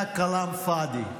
אתה כלאם פאדי.